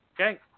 okay